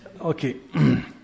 okay